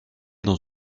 dans